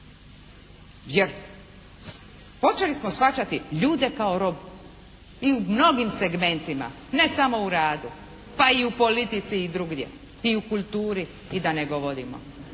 Jer počeli smo shvaćati ljude kao robu. I u mnogim segmentima. Ne samo u radu. Pa i u politici i drugdje. I u kulturi i da ne govorimo.